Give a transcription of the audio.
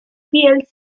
plc